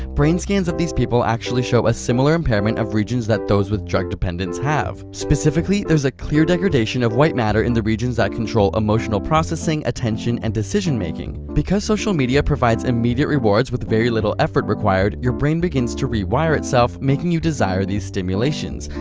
brain scans of these people actually show a similar impairment of regions that those with drug dependence have. specifically, there is a clear degradation of white matter in the regions that control emotional processing, attention and decision making. because social media provides immediate rewards with very little effort required, your brain begin to rewire itself, making you desire these stimulations.